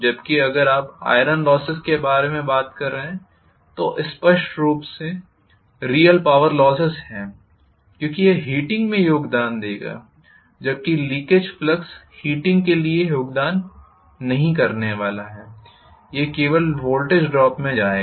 जबकि अगर आप आइरन लोसेस के बारे में बात कर रहे हैं जो स्पष्ट रूप से रियल पॉवर लोसेस है क्योंकि यह हीटिंग में योगदान देगा जबकि लीकेज फ्लक्स हीटिंग के लिए योगदान नहीं करने वाला है यह केवल वोल्टेज ड्रॉप में जाएगा